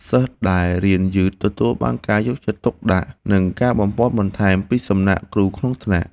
សិស្សដែលរៀនយឺតទទួលបានការយកចិត្តទុកដាក់និងការបំប៉នបន្ថែមពីសំណាក់គ្រូក្នុងថ្នាក់។